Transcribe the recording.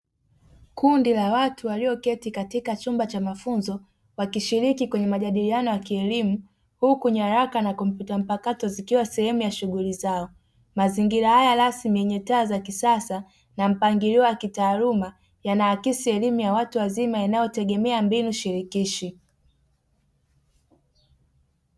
Kundi la watu walioketi katika chumba cha mafunzo wakishiriki kwenye majadiliano ya kielimu, huku nyaraka na kompyuta mpakato zikiwa sehemu ya shughuli zao mazingira haya rasmi yenye taa za kisasa na mpangilio wa kltaaluma yanaakisi elimu ya watu wazima inayotegemea mbinu shirikishi.